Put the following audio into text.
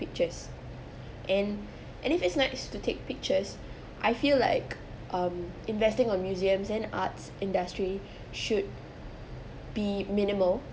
pictures and and if it's nice to take pictures I feel like um investing on museums and arts industry should be minimal